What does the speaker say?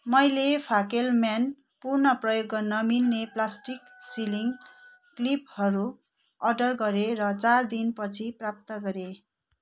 मैले फाकेलम्यान पुन प्रयोग गर्न मिल्ने प्लास्टिक सिलिङ क्लिपहरू अर्डर गरेँ र चार दिनपछि प्राप्त गरेँ